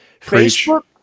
Facebook